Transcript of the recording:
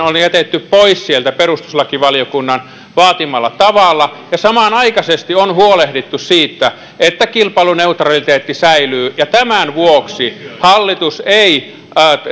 on jätetty pois sieltä perustuslakivaliokunnan vaatimalla tavalla ja samanaikaisesti on huolehdittu siitä että kilpailuneutraliteetti säilyy ja tämän vuoksi hallitus ei